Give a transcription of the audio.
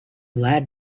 glad